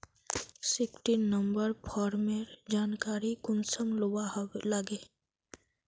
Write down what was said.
Sixteen number farmer जानकारी कुंसम लुबा लागे?